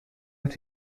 auch